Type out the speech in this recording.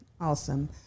awesome